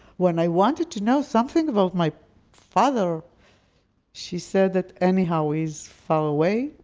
when i wanted to know something about my father she said that anyhow he's far away.